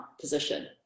position